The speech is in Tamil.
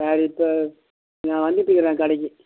அதுக்கு இப்போ நான் வந்துகிட்டிருக்கிறேன் கடைக்கு